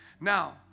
Now